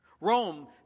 Rome